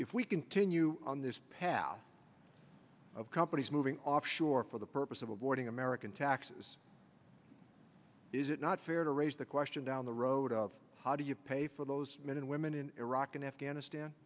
if we continue on this path of companies moving offshore for the purpose of avoiding american taxes is it not fair to raise the question down the road of how do you pay for those men and women in iraq and afghanistan